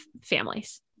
families